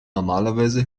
normalerweise